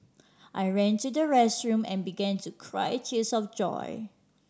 I ran to the restroom and began to cry tears of joy